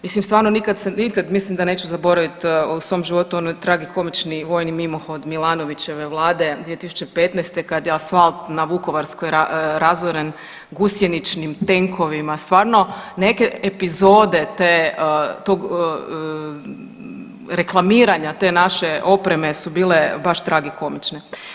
Mislim stvarno nikad se, nikad mislim da neću zaboravit u svom životu onaj tragikomični vojni mimohod Milanovićeve vlade 2015. kad je asfalt na Vukovarskoj razoren gusjeničnim tenkovima, stvarno neke epizode te, tog reklamiranja te naše opreme su bile baš tragikomične.